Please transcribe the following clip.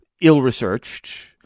ill-researched